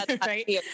right